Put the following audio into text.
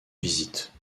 visite